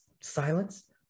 silence